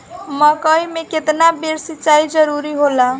मकई मे केतना बेर सीचाई जरूरी होला?